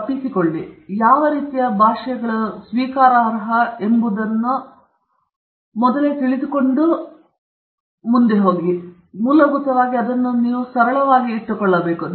ಭಾಷೆಯು ನೀವು ಯಾವ ರೀತಿಯ ಭಾಷೆಗಳನ್ನು ಸ್ವೀಕಾರಾರ್ಹ ಎಂಬುದರ ಮೇಲೆ ನೀವು ಪತ್ರ ಓದುವ ಅನುಭವವನ್ನು ಅನುಭವಿಸುವಿರಿ ಆದರೆ ಮೂಲಭೂತವಾಗಿ ನೀವು ಅದನ್ನು ಸರಳವಾಗಿ ಇಟ್ಟುಕೊಳ್ಳಬೇಕು